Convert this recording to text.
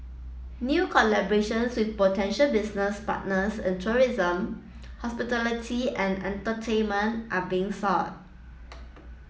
new collaborations with potential business partners in tourism hospitality and entertainment are being sought